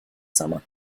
summer